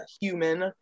human